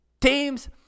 Teams